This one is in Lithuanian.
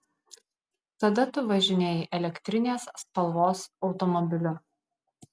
tada tu važinėjai elektrinės spalvos automobiliu